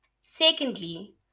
Secondly